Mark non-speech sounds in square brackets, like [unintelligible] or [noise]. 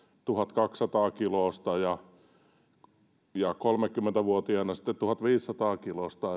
tuhatkaksisataa kiloista ja kolmekymmentä vuotiaana sitten tuhatviisisataa kiloista [unintelligible]